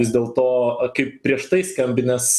vis dėlto kaip prieš tai skambinęs